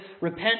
repent